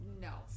no